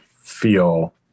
feel